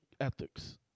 ethics